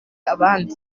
abandi